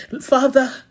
Father